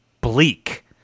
bleak